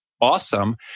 awesome